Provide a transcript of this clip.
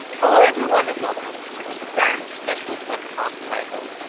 hello everyone, and welcome to the sans special webcast titled,